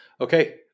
Okay